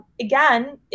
again